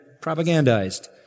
propagandized